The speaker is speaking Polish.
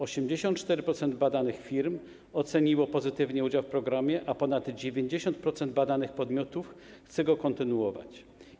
84% badanych firm oceniło pozytywnie udział w programie, a ponad 90% badanych podmiotów chce go kontynuować.